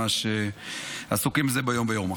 שעסוקים בזה ביום-יום.